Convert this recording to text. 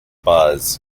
buzz